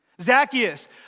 Zacchaeus